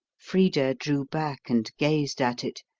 frida drew back and gazed at it,